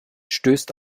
stößt